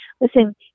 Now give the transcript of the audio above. listen